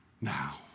now